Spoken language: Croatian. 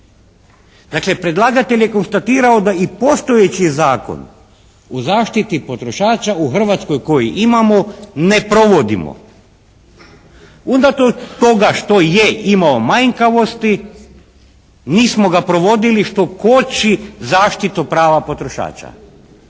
Dakle, predlagatelj je konstatirao da i postojeći Zakon o zaštiti potrošača u Hrvatskoj koji imamo ne provodimo. Unatoč toga što je imao manjkavosti nismo ga provodili što koči zaštitu prava potrošača.